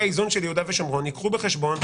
האיזון של יהודה ושומרון ייקחו בחשבון,